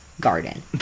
garden